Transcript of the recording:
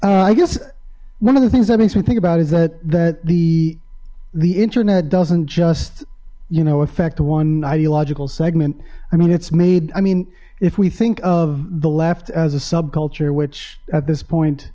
one i guess one of the things that makes me think about is that that the the internet doesn't just you know affect one ideological segment i mean it's made i mean if we think of the left as a subculture which at this point